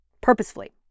purposefully